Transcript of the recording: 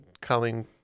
Colleen